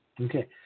Okay